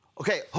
Okay